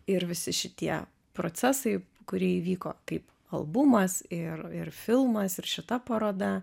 ir visi šitie procesai kurie įvyko kaip albumas ir ir filmas ir šita paroda